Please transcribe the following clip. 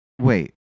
Wait